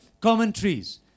commentaries